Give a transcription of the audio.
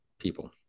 people